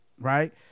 right